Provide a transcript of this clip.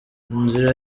inzira